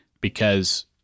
because-